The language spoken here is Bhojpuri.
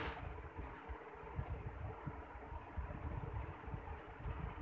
कंपनी क स्थायी संपत्ति होला जइसे भवन, उपकरण आउर प्रौद्योगिकी